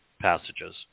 passages